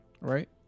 right